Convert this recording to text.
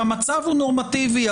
שהמצב הוא נורמטיבי,